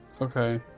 Okay